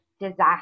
disaster